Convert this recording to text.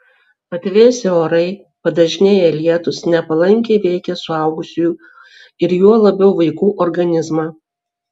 atvėsę orai padažnėję lietūs nepalankiai veikia suaugusiųjų ir juo labiau vaikų organizmą